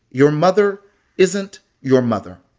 your mother isn't your mother.